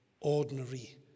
ordinary